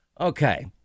Okay